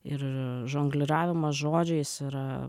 ir žongliravimas žodžiais yra